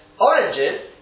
oranges